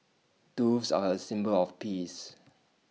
doves are A symbol of peace